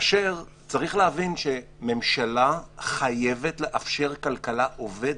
צריך להבין שממשלה חייבת לאפשר כלכלה עובדת.